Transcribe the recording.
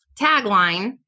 tagline